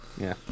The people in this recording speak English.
yeah